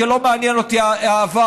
כי לא מעניין אותי העבר,